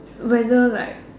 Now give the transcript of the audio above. whether like